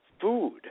food